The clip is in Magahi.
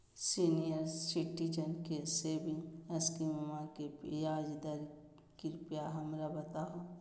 सीनियर सिटीजन के सेविंग स्कीमवा के ब्याज दर कृपया हमरा बताहो